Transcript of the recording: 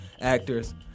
actors